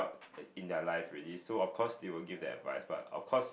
in their life already so of course they will give that advice but of course